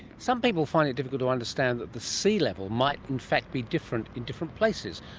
some people find it difficult to understand that the sea level might in fact be different in different places.